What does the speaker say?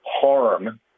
harm